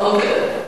אוקיי.